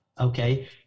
okay